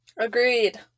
agreed